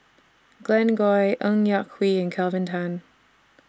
Glen Goei Ng Yak Whee and Kelvin Tan